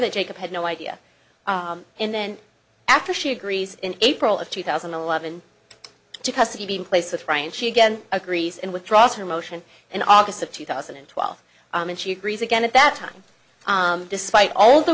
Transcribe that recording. that jacob had no idea and then after she agrees in april of two thousand and eleven to custody being placed with ryan she again agrees and withdraw from motion in august of two thousand and twelve and she agrees again at that time despite all the